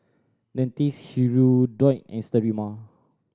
Dentiste Hirudoid and Sterimar